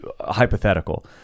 hypothetical